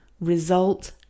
result